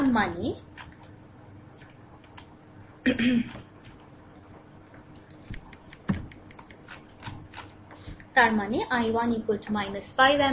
তার মানে i1 5 ampere